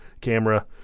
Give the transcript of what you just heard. camera